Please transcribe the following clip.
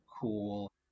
cool